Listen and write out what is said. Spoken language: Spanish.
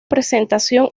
presentación